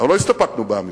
אבל לא הסתפקנו באמירות.